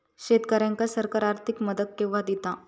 शेतकऱ्यांका सरकार आर्थिक मदत केवा दिता?